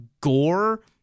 gore